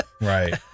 Right